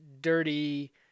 dirty